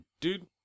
Dude